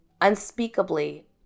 unspeakably